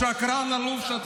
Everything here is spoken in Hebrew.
שקרן עלוב.